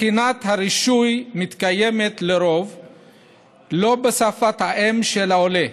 בחינת הרישוי לא מתקיימת לרוב בשפת האם של העולה,